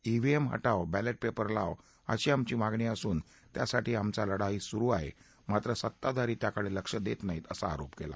EVM हटाव ballot paper लाव अशी आमची मागणी असून त्यासाठी आमचा लढाही सुरु आहे मात्र सत्ताधारी त्याकडे लक्ष देत नाहीत असा आरोप केला